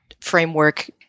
framework